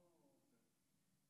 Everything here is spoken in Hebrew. וזה לא מעניין אתכם